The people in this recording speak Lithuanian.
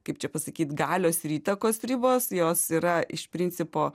kaip čia pasakyt galios ir įtakos ribos jos yra iš principo